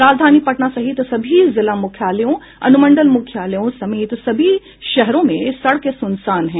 राजधानी पटना सहित सभी जिला मुख्यालयों अनुमंडल मुख्यालयों समेत सभी शहरों में सड़कें सुनसान हैं